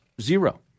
Zero